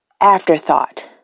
afterthought